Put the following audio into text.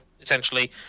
essentially